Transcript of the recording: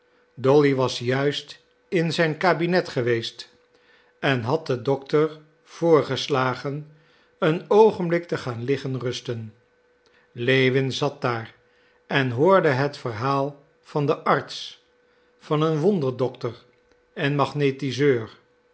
dolly was juist in zijn kabinet geweest en had den dokter voorgeslagen een oogenblik te gaan liggen rusten lewin zat daar en hoorde het verhaal van den arts van een wonderdokter en magnetiseur